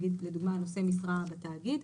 לדוגמה נושא משרה בתאגיד.